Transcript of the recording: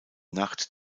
nacht